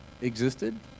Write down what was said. existed